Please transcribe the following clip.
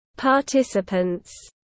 participants